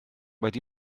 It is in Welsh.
wedi